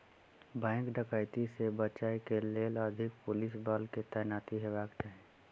bank डकैती से बचय के लेल अधिक पुलिस बल के तैनाती हेबाक चाही